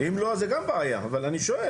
אם לא, אז זה גם בעיה, אבל אני שואל.